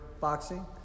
Boxing